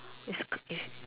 is is